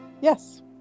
Yes